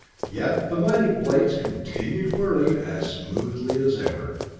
yet the mighty blades continued whirling as smoothly as ever!